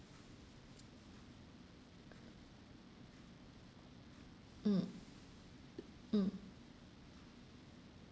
mm mm